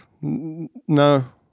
no